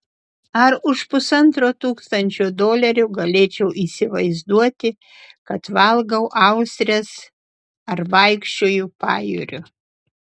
ar už pusantro tūkstančio dolerių galėčiau įsivaizduoti kad valgau austres ar vaikščioju pajūriu